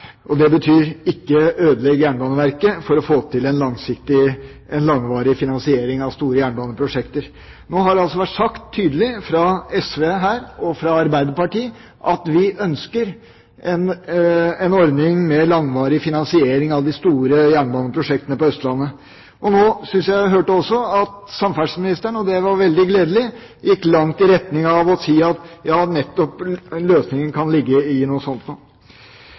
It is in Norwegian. badevannet. Det betyr: Ikke ødelegg Jernbaneverket for å få til en langvarig finansiering av store jernbaneprosjekter. Nå har det vært sagt tydelig fra SV her og fra Arbeiderpartiet at vi ønsker en ordning med langvarig finansiering av de store jernbaneprosjektene på Østlandet. Nå syns jeg at jeg hørte – og det var veldig gledelig – at samferdselsministeren gikk langt i retning av å si at løsningen nettopp kan ligge i noe sånt.